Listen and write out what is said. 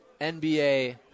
NBA